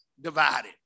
divided